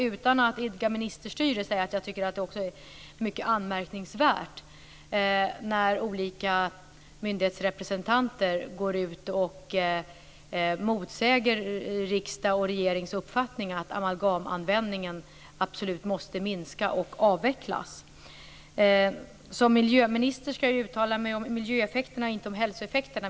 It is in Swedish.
Utan att idka ministerstyre kan jag säga att det är anmärkningsvärt när olika myndighetsrepresentanter motsäger riksdagens och regeringens uppfattning om att amalgamanvändningen absolut måste minskas och avvecklas. Som miljöminister skall jag uttala mig om miljöeffekterna och inte hälsoeffekterna.